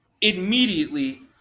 immediately